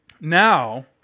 now